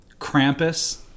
Krampus